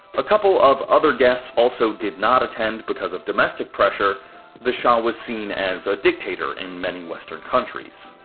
a couple of other guests also did not attend because of domestic pressure the shah was seen as a dictator in many western countries.